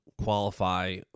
qualify